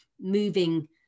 moving